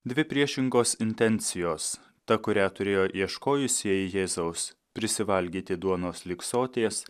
dvi priešingos intencijos ta kurią turėjo ieškojusieji jėzaus prisivalgyti duonos lig soties